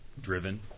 driven